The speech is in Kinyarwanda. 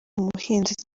umuhinzi